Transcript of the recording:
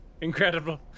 Incredible